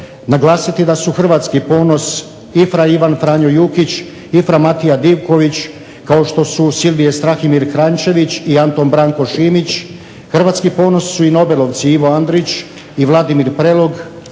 naglasiti da su hrvatski ponos i fra Ivan Franjo Jukić i fra Matija Divković kao što su Silvije Strahimir Kranjčević i Antun Branko Šimić. Hrvatski ponos su i nobelovci Ivo Andrić i Vladimir Prelog.